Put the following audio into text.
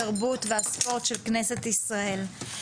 התרבות והספורט של כנסת ישראל.